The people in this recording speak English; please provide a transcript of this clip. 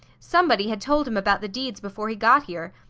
somebody had told him about the deeds before he got here.